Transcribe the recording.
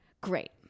great